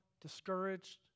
discouraged